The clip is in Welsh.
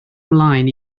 mlaen